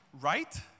Right